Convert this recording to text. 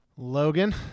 Logan